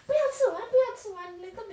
不要吃完不要吃完 later